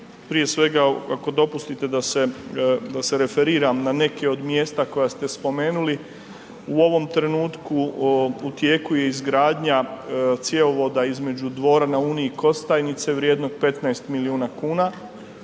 prije svega ako dopustite da se referiram na neke od mjesta koja ste spomenuli, u ovom trenutku u tijeku je izgradnja cjevovoda između Dvora na Uni i Kostajnice vrijednog 15 milijuna kuna,